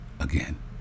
again